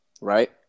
right